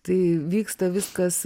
tai vyksta viskas